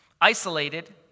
isolated